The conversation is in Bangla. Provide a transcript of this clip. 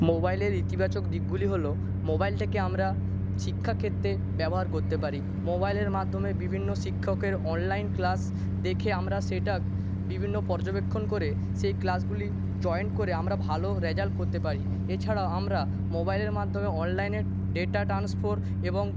মোবাইলের ইতিবাচক দিকগুলি হল মোবাইলটাকে আমরা শিক্ষা ক্ষেত্রে ব্যবহার করতে পারি মোবাইলের মাধ্যমে বিভিন্ন শিক্ষকের অনলাইন ক্লাস দেখে আমরা সেটা বিভিন্ন পর্যবেক্ষণ করে সেই ক্লাসগুলি জয়েন করে আমরা ভালো রেজাল্ট করতে পারি এছাড়াও আমরা মোবাইলের মাধ্যমে অনলাইনে ডেটা ট্রান্সফার এবং